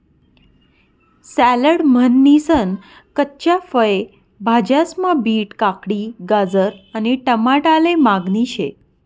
salad म्हनीसन कच्च्या फय भाज्यास्मा बीट, काकडी, गाजर आणि टमाटाले मागणी शे